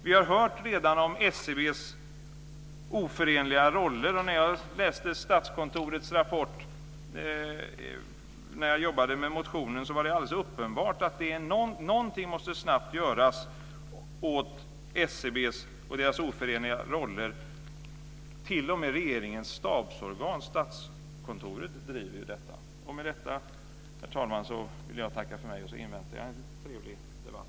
Vi har redan hört om SCB:s oförenliga roller. När jag jobbade med motionen och läste Statskontorets rapport var det alldeles uppenbart att någonting snabbt måste göras åt SCB och dess oförenliga roller. T.o.m. regeringens stabsorgan, Statskontoret, driver alltså detta. Med det, herr talman, vill jag tacka för mig. Jag inväntar en trevlig debatt med Hans.